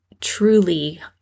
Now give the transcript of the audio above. truly